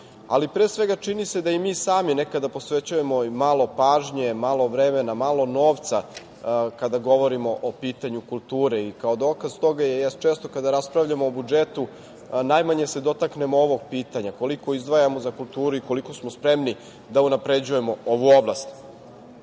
ali pre svega čini se da i mi sami nekada posvećujemo malo pažnje, malo vremena, malo novca kada govorimo o pitanju kulture. Kao dokaz toga često kada raspravljamo o budžetu najmanje se dotaknemo ovog pitanja koliko izdvajamo za kulturu i koliko smo spremni da unapređujemo ovu oblast. Velika